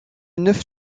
neuf